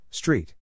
Street